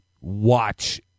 watch